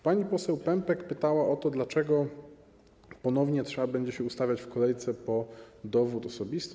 Pani poseł Pępek pytała o to, dlaczego ponownie trzeba będzie się ustawiać w kolejce po dowód osobisty.